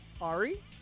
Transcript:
Ari